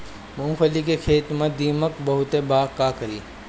मूंगफली के खेत में दीमक बहुत बा का करी?